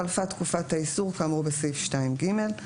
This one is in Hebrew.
חלפה תקופת האיסור כאמור בסעיף 2(ג).